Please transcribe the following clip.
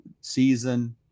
season